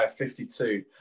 52